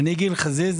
חזיז,